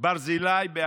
ברזילי באשקלון,